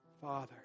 Father